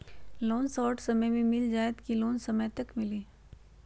Loan short समय मे मिल जाएत कि लोन समय तक मिली?